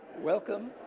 welcome.